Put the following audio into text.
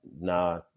Nah